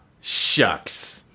Shucks